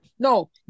No